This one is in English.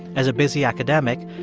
as a busy academic,